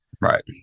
Right